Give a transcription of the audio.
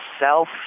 self